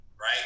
right